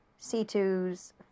C2s